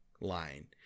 line